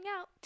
out